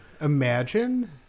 Imagine